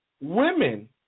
Women